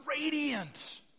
radiant